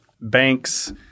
banks